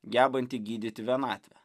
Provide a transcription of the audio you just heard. gebanti gydyti vienatvę